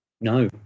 no